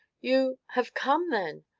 you have come then?